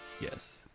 Yes